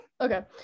okay